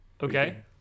Okay